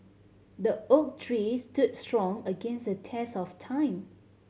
the oak tree stood strong against the test of time